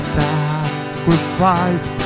sacrifice